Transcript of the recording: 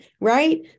right